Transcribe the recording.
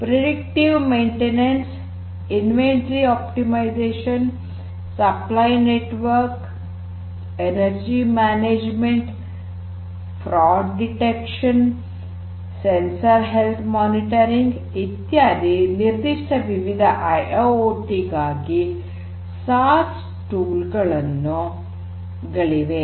predictive maintenance inventory optimisation supply network energy management fraud detection sensor health monitoring ಇತ್ಯಾದಿ ನಿರ್ಧಿಷ್ಟ ವಿವಿಧ IIoT ಗಾಗಿ SaaS ಸಾಧನಗಳಿವೆ